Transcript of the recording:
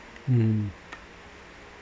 mm